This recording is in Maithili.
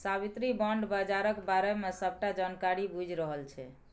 साबित्री बॉण्ड बजारक बारे मे सबटा जानकारी बुझि रहल छै